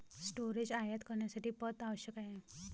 storage आयात करण्यासाठी पथ आवश्यक आहे